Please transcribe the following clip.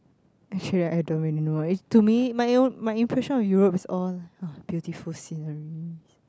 actually I don't really know is to me my own my impression of Europe is all beautiful scenery